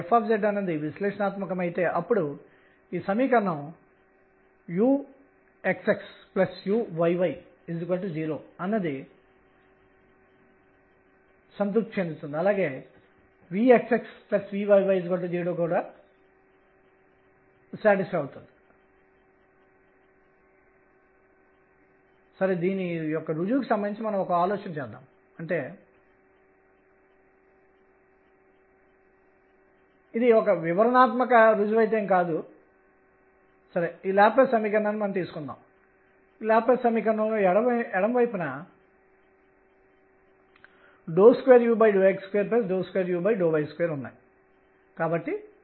కాబట్టి nఅనేది 0 అయినప్పటికీ n కోణీయ ద్రవ్యవేగం పరిమితంగా ఉండే అవకాశం ఉంది మనం 0 కోణీయ ద్రవ్యవేగం ను మినహాయిస్తున్నాము కాబట్టి ఇప్పుడు మనకు 2 క్వాంటం సంఖ్యలు వచ్చాయి n మరియుn